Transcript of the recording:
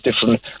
different